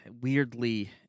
weirdly